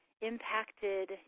impacted